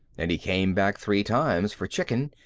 and he came back three times for chicken,